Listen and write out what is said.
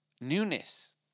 newness